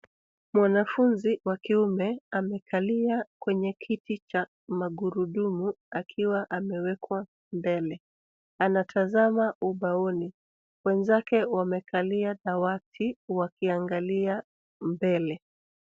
Mwanafuzi wa kiume amekalia kwenye kiti cha magurudumu akiwa amewekwa mbele, anatazama ubaoni wenzake wamekalia dawati wakiangalia mbele.